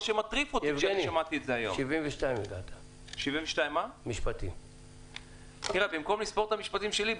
כששמעתי היום את הדבר הזה זה הטריף אותי.